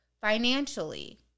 financially